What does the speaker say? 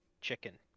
chicken